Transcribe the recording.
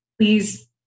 please